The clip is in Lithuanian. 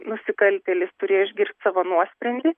nusikaltėlis turėjo išgirst savo nuosprendį